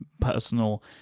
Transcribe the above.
personal